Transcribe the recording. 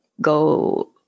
go